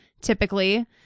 typically